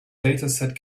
dataset